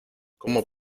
cómo